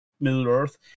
Middle-earth